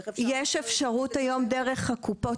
איך אפשר --- יש היום אפשרות דרך הקופות.